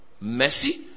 mercy